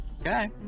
Okay